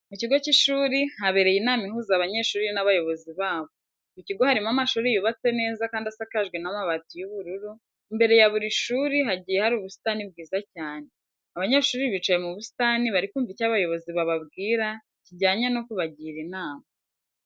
Mu kigo cy'ishuri habereye inama ihuza abanyeshuri n'abayobozi babo. Mu kigo harimo amashuri yubatse neza kandi asakajwe n'amabati y'ubururu, imbere ya buri shuri hagiye hari ubusitani bwiza cyane. Abanyeshuri bicaye mu busitani bari kumva icyo abayobozi bababwira kijyanye no kubagira inama.